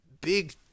big